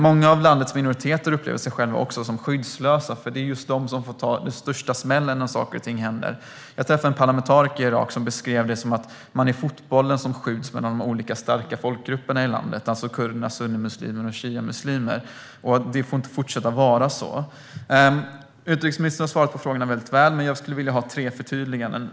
Många av landets minoriteter upplever sig själva som skyddslösa. Det är de som får ta den största smällen när saker och ting händer. Jag har träffat en parlamentariker i Irak som beskrev det som att man är fotbollen som skjuts mellan olika starka folkgrupper i landet, det vill säga kurderna, sunnimuslimerna och shiamuslimerna. Det får inte fortsätta att vara så. Utrikesministern har svarat väl på frågorna, men jag skulle vilja ha tre förtydliganden.